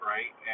Right